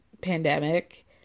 pandemic